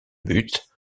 but